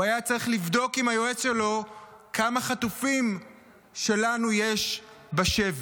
הוא היה צריך לבדוק עם היועץ שלו כמה חטופים שלנו יש בשבי.